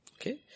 Okay